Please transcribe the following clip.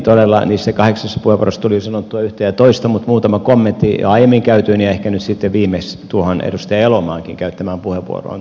todella niissä kahdeksassa puheenvuorossa tuli sanottua yhtä ja toista mutta muutama kommentti jo aiemmin käytyyn ja ehkä nyt sitten viimeksi tuohon edustaja elomaankin käyttämään puheenvuoroon tuulivoimasta